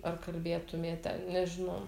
ar kalbėtumėte nežinau